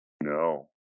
No